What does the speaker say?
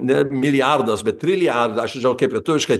ne milijardas bet trilijardą aš nežinau kaip lietuviškai